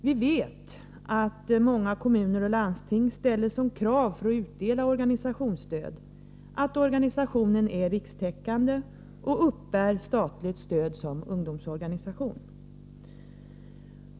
Vi vet att många kommuner och landsting ställer som krav för att utdela organisationsstöd att organisationen är rikstäckande och uppbär statligt stöd som ungdomsorganisation.